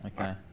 Okay